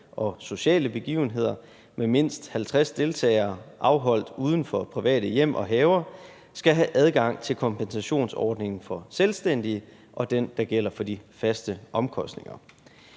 og sociale begivenheder med mindst 50 deltagere afholdt uden for private hjem og haver skal have adgang til kompensationsordningen for selvstændige og den, der gælder for de faste omkostninger.